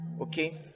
okay